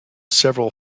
several